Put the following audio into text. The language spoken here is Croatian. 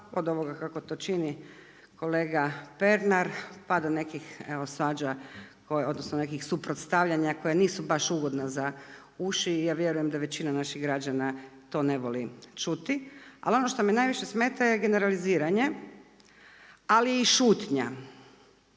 od ovoga kako to čini kolega Pernar pa do nekih svađa kojih odnosno nekih suprotstavljanja koja nisu baš ugodna za uši i ja vjerujem da većina naših građana to ne voli čuti. Ali onošto me najviše smeta je generaliziranje, ali i šutnja.